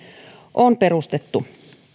on perustettu